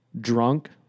drunk